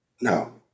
No